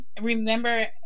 remember